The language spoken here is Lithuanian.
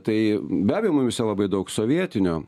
tai be abejo mumyse labai daug sovietinio